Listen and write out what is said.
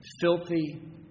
filthy